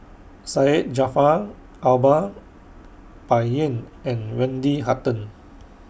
Syed Jaafar Albar Bai Yan and Wendy Hutton